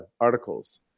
articles